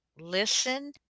Listen